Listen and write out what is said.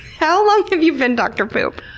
how long have you been dr. poop?